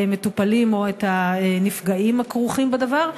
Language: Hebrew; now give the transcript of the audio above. המטופלים או הנפגעים הכרוכים בדבר,